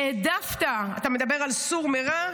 אתה מדבר על "סור מרע"?